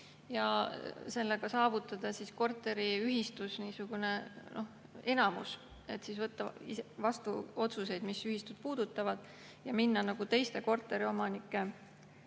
ja sellega saavutada korteriühistus niisugune enamus, et siis võtta vastu otsuseid, mis ühistut puudutavad, ja minna teiste korteriomanike